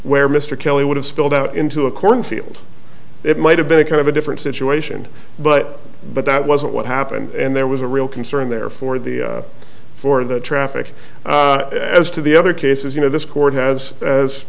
where mr kelly would have spilled out into a cornfield it might have been a kind of a different situation but but that wasn't what happened and there was a real concern there for the for the traffic as to the other cases you know this court has as